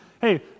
hey